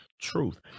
truth